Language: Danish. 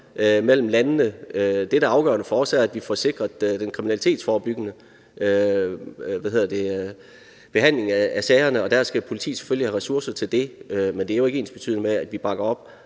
mellem landene. Det, der er afgørende for os, er, at vi får sikret den kriminalitetsforebyggende behandling af sagerne, og der skal politiet selvfølgelig have ressourcer til det, men det er jo ikke ensbetydende med, at vi bakker op